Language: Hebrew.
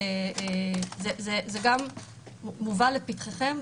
זה גם מובא לפתחכם,